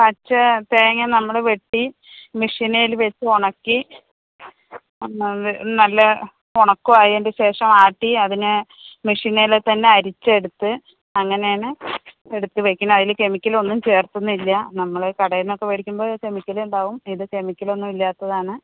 പച്ച തേങ്ങ നമ്മള് വെട്ടി മിഷനേൽ വെച്ച് ഉണക്കി നല്ല ഒണക്കും ആയേണ്ട ശേഷം ആട്ടി അതിനെ മിഷനെ തന്നെ അരിച്ചെടുത്ത് അങ്ങനന്നെ എടുത്ത് വയ്ക്കുന്നത് അതില് കെമിക്കലൊന്നും ചേർക്കുന്നില്ല നമ്മള് കടേൽ നിന്നൊക്കെ മേടിക്കുമ്പോൾ കെമിക്കലുണ്ടാവും ഇത് കെമിക്കലൊന്നും ഇല്ലാത്തതാണ്